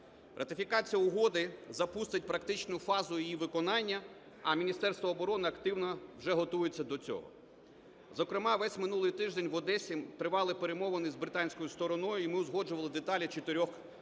Ратифікація угоди запустить практичну фазу її виконання, а Міністерство оборони активно вже готується до цього. Зокрема, весь минулий тиждень в Одесі тривали перемовини з британською стороною, і ми узгоджували деталі чотирьох